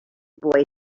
boy